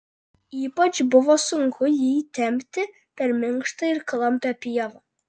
ypač buvo sunku jį tempti per minkštą ir klampią pievą